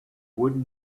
wooden